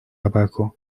abajo